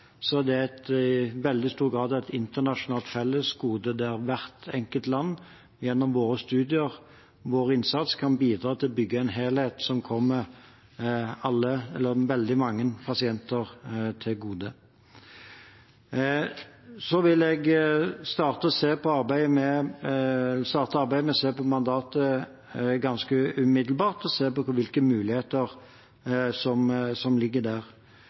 i veldig stor grad er et internasjonalt fellesgode, der hvert enkelt land gjennom våre studier og vår innsats kan bidra til å bygge en helhet som kommer alle, eller veldig mange, pasienter til gode. Jeg vil starte arbeidet med å se på mandatet ganske umiddelbart og se på hvilke muligheter som ligger der.